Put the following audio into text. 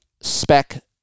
spec